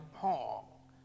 Paul